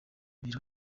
birori